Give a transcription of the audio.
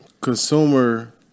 consumer